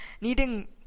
needing